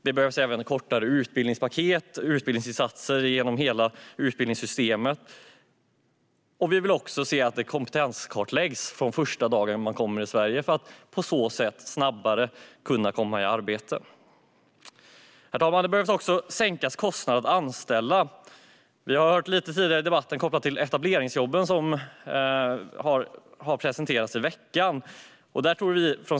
Det behövs även kortare utbildningspaket och insatser inom hela utbildningssystemet. Vi vill att människor kompetenskartläggs från första dagen då de kommer till Sverige för att de på så sätt snabbare kan komma i arbete. Herr talman! Kostnaderna för att anställa behöver sänkas. Vi har hört detta tidigare i debatten, och då kopplades det till de etableringsjobb som presenterades i veckan.